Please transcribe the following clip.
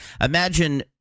Imagine